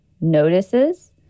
notices